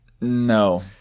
no